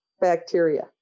bacteria